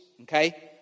Okay